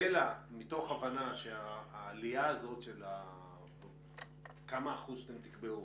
אלא מתוך הבנה שהעלייה הזאת של כמה אחוז שאתם תקבעו